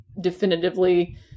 definitively